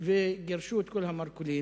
גירשו את כל הרוכלים